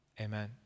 amen